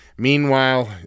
Meanwhile